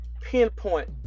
pinpoint